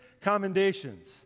commendations